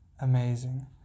amazing